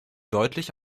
deutlich